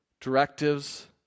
directives